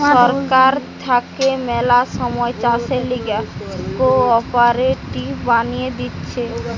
সরকার থাকে ম্যালা সময় চাষের লিগে কোঅপারেটিভ বানিয়ে দিতেছে